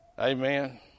Amen